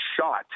shot